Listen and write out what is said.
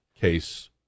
case